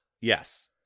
yes